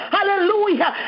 Hallelujah